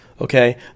Okay